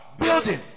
building